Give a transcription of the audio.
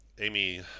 Amy